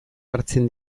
hartzen